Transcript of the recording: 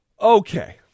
Okay